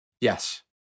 Yes